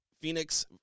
phoenix